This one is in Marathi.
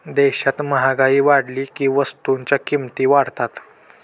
देशात महागाई वाढली की वस्तूंच्या किमती वाढतात